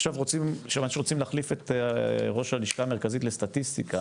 עכשיו יש אנשים שרוצים להחליף את ראש הלשכה המרכזית לסטטיסטיקה,